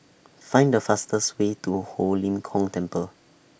Find The fastest Way to Ho Lim Kong Temple